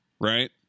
right